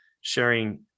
sharing